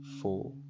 four